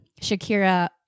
Shakira